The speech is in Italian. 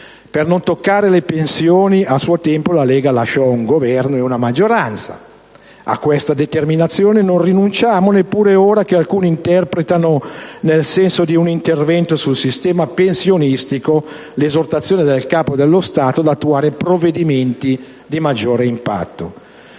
Per non toccare le pensioni, a suo tempo la Lega lasciò un Governo e una maggioranza: a questa determinazione non rinunciamo neppure ora che alcuni interpretano nel senso di un intervento sul sistema pensionistico l'esortazione del Capo dello Stato ad attuare provvedimenti di maggiore impatto.